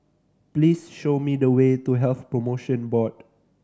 please show me the way to Health Promotion Board